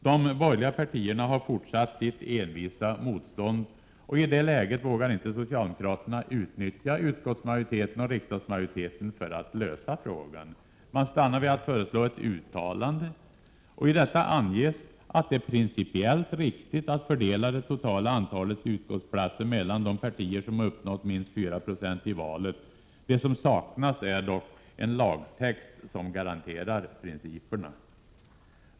De borgerliga partierna har fortsatt sitt envisa motstånd, och i det läget vågar inte socialdemokraterna utnyttja utskottsmajoriteten och riksdagsmajoriteten för att lösa frågan. Man stannar vid att föreslå ett uttalande. I detta anges att det är principiellt riktigt att fördela det totala antalet utskottsplatser mellan de partier som uppnått minst 4 Fo i valet. Det som saknas är dock en lagtext som garanterar principerna.